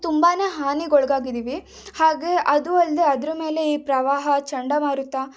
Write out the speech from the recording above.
ತುಂಬ ಹಾನಿಗೆ ಒಳಗಾಗಿದೀವಿ ಹಾಗೆ ಅದು ಅಲ್ಲದೇ ಅದರ ಮೇಲೆ ಈ ಪ್ರವಾಹ ಚಂಡಮಾರುತ